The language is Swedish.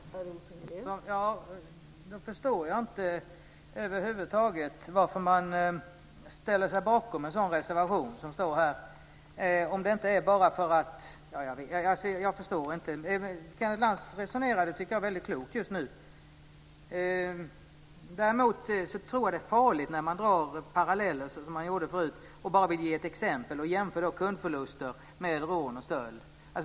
Fru talman! Då förstår jag över huvud taget inte varför man ställer sig bakom en sådan reservation. Jag förstår inte. Kenneth Lantz resonerade, tyckte jag, väldigt klokt just nu. Däremot tror jag att det är farligt att dra paralleller, som man gjorde förut, och bara ge ett exempel. Man jämför kundförluster med rån och stöld.